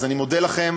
אז אני מודה לכם,